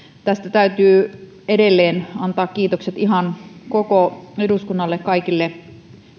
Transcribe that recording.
täytyy edelleen antaa kiitokset ihan koko eduskunnalle kaikille